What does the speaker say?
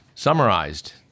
Summarized